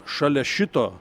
šalia šito